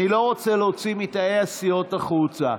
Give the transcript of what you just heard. אני לא רוצה להוציא מתאי הסיעות החוצה.